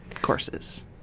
courses